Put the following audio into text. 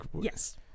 Yes